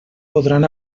podran